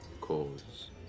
cause